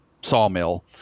sawmill